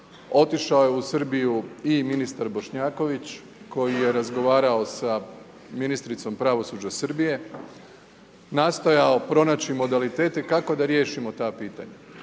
otišao je u Srbiju i ministar Bošnjaković koji je razgovarao sa ministricom pravosuđa Srbije, nastojao pronaći modalitet i kako da riješimo ta pitanja,